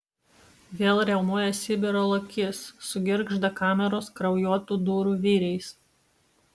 vėl riaumoja sibiro lokys sugirgžda kameros kraujuotų durų vyriais